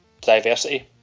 diversity